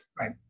Right